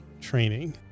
training